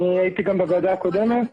אני הייתי גם בוועדה הקודמת.